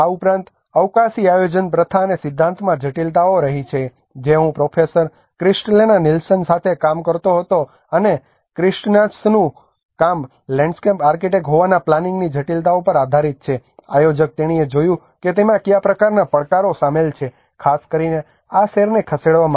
આ ઉપરાંત અવકાશી આયોજન પ્રથા અને સિદ્ધાંતમાં જટિલતાઓઓ રહી છે જે હું પ્રોફેસર ક્રિસ્ટિના નિલ્સન સાથે કામ કરતો હતો અને ક્રિસ્ટિનાસનું કામ લેન્ડસ્કેપ આર્કિટેક્ટ હોવાના પ્લાનિંગની જટિલતાઓ પર આધારિત છે અને આયોજક તેણીએ જોયું કે તેમાં કયા પ્રકારનાં પડકારો સામેલ છે અને ખાસ કરીને આ શહેરને ખસેડવામાં